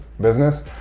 business